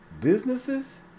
businesses